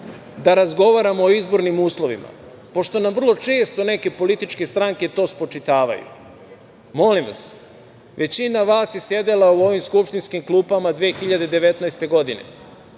da razgovaramo o izbornim uslovima, pošto nam vrlo često neke političke stranke to spočitavaju. Većina vas je sedela u ovim skupštinskim klupama 2019. godine.